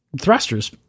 thrusters